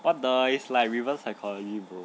what the it's like reverse psychology bro